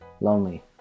lonely